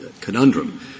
conundrum